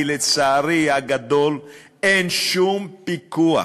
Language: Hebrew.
כי לצערי הגדול אין שום פיקוח,